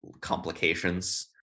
complications